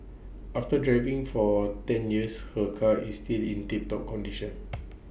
after driving for ten years her car is still in tip top condition